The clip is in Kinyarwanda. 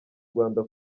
rwanda